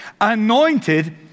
Anointed